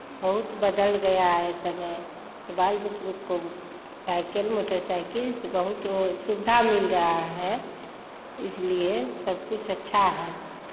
बहुत बदल गया है सभी सब बाल बच्चा लोग को साइकिल मोटरसाइकिल से बहुत वो सुविधा मिल रहा है इसलिए सब कुछ अच्छा है